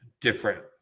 different